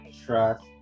trust